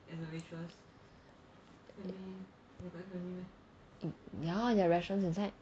ya there are restaurants inside